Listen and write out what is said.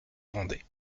vendait